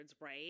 right